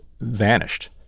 vanished